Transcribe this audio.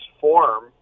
form